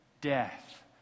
death